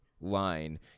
line